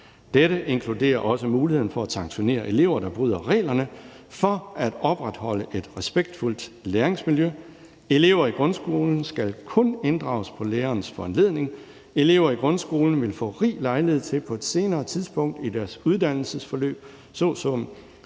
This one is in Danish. Dette inkluderer også muligheden for at sanktionere elever, der bryder reglerne, for at opretholde et respektfuldt læringsmiljø. Elever i grundskolen skal kun inddrages på lærerens foranledning. Elever i grundskolen vil få rig lejlighed til på et senere tidspunkt i deres uddannelsesforløb såsom